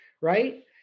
right